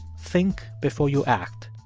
think before you act,